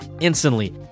instantly